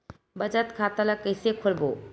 बचत खता ल कइसे खोलबों?